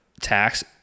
tax